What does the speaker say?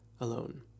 alone